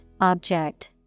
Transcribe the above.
object